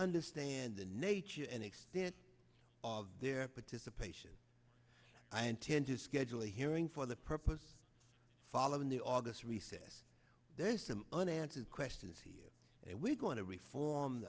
understand the nature and extent of their participation i intend to schedule a hearing for the purpose of following the august recess there is the unanswered questions here and we're going to reform